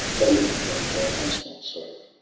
thy living friend, thou canst not save.